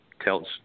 tells